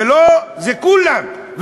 זה כולם.